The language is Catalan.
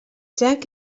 jack